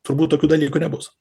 turbūt tokių dalykų nebus